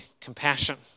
compassion